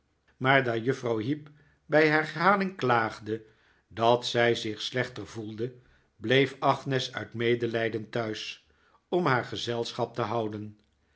maar daar juffrouw heep bij herhaling klaagde dat zij zich slechter voelde bleef agnes uit medelijden thuis om haar gezelschap te houden